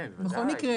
כמובן.